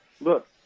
look